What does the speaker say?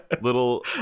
little